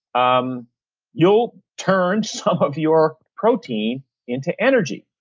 um you'll turn some of your protein into energy